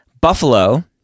buffalo